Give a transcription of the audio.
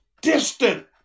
distant